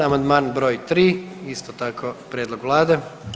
Amandman broj tri isto tako prijedlog Vlade.